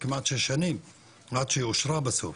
כמעט שש שנים עד שהיא אושרה בסוף,